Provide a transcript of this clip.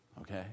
Okay